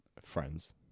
Friends